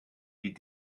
die